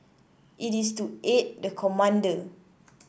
it is to aid the commander